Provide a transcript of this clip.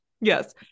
yes